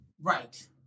Right